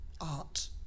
art